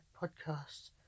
podcast